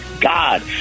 God